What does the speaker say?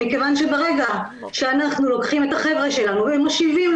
מכיוון שברגע שאנחנו לוקחים את החבר'ה שלנו ומושיבים,